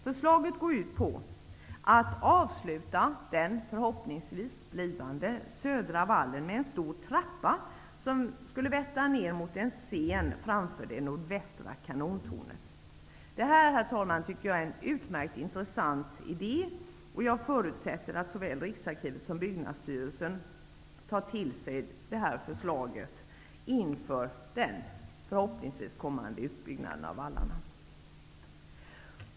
Förslaget går ut på att avsluta den förhoppningsvis blivande södra vallen med en stor trappa som skulle vetta ner mot en scen framför det nordvästra kanontornet. Det här, herr talman, tycker jag är en utmärkt intressant idé. Jag förutsätter att såväl Riksarkivet som Byggnadsstyrelsen tar till sig det här förslaget inför den förhoppningsvis kommande utbyggnaden av vallarna.